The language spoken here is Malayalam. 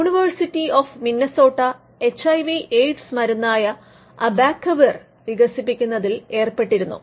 university of Minnesota H I V AIDS മരുന്നായ അബാക്കവിർ വികസിപ്പിക്കുന്നതിൽ ഏർപ്പെട്ടിരുന്നു